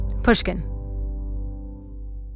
pushkin